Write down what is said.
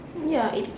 ya it's